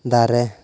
ᱫᱟᱨᱮ